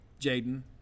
Jaden